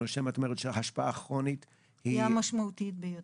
את אומרת שההשפעה הכרונית --- היא המשמעותית ביותר.